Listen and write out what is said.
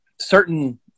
certain